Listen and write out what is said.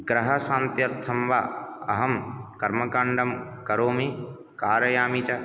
ग्रहशान्त्यर्थं वा अहं कर्मकाण्डं करोमि कारयामि च